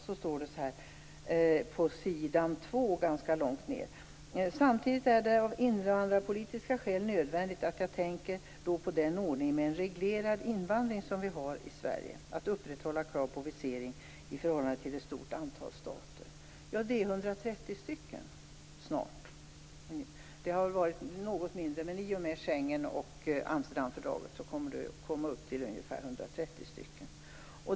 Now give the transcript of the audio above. På s. 2 i det skriftliga svaret står det: "Samtidigt är det av invandrarpolitiska skäl nödvändigt, och jag tänker då på den ordning med en reglerad invandring som vi har i Sverige, att upprätthålla krav på visering i förhållande till ett stort antal stater." Ja, det är snart fråga om 130 stater. Det har varit något färre men i och med Schengen och Amsterdamfördraget blir det ungefär 130 stater.